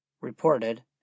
reported